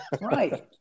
Right